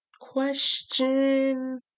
question